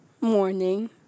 morning